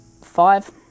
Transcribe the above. five